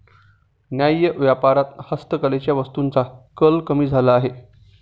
न्याय्य व्यापारात हस्तकलेच्या वस्तूंचा कल कमी झाला आहे